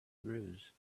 bruise